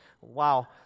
Wow